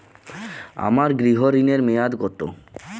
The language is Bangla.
আমার গৃহ ঋণের মেয়াদ কত?